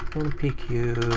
npqr,